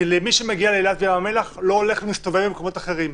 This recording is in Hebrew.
מי שמגיע לאילת ולים המלח לא הולך ומסתובב במקומות אחרים.